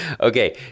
Okay